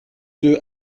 deux